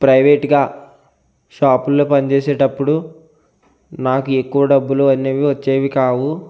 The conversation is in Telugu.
ప్రైవేట్గా షాపుల్లో పనిచేసేటప్పుడు నాకు ఎక్కువ డబ్బులు అనేవి వచ్చేవి కావు